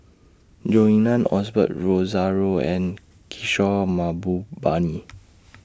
Zhou Ying NAN Osbert Rozario and Kishore Mahbubani